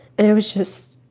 and i was just,